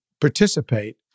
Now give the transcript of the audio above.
participate